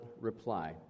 reply